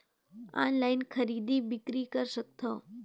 Online खरीदी बिक्री कर सकथव?